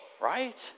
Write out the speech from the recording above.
Right